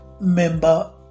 member